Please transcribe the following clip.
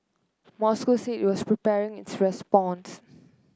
Moscow said it was preparing its response